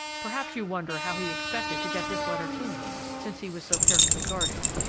perhaps you wonder how he expected to get this letter to me, since he was so carefully guarded.